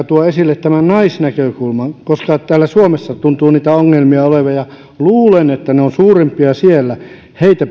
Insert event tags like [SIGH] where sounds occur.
[UNINTELLIGIBLE] tuo esille tämän naisnäkökulman koska täällä suomessa tuntuu niitä ongelmia olevan luulen että ne ovat suurempia siellä heitä [UNINTELLIGIBLE]